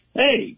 hey